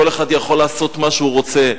כל אחד יכול לעשות מה שהוא רוצה,